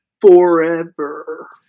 Forever